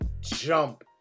jump